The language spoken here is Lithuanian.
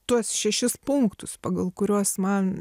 tuos šešis punktus pagal kuriuos man